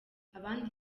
abandi